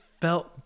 felt